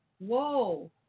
whoa